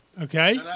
Okay